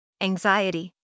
anxiety